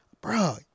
bro